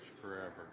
forever